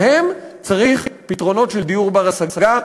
להם צריך פתרונות של דיור בר-השגה,